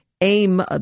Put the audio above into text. Aim